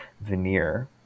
veneer